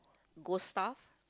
ghost stuff